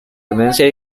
demencia